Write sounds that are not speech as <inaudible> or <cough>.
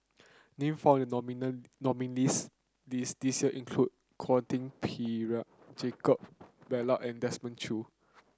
name found the <unintelligible> nominees' list this year include Quentin Pereira Jacob Ballas and Desmond Choo